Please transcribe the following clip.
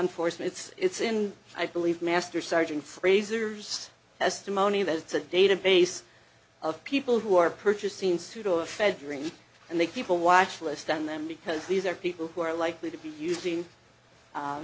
enforcements it's in i believe master sergeant fraser's has to moni that it's a database of people who are purchasing pseudoephedrine and they keep a watch list on them because these are people who are likely to be using